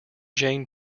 jain